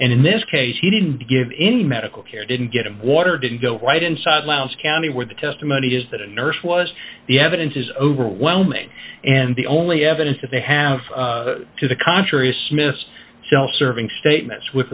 and in this case he didn't give any medical care didn't get him water didn't go right inside laos county where the testimony is that a nurse was the evidence is overwhelming and the only evidence that they have to the contrary smith's self serving statements with